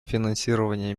финансирование